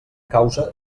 causa